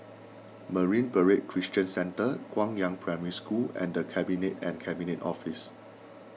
Marine Parade Christian Centre Guangyang Primary School and the Cabinet and Cabinet Office